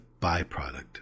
byproduct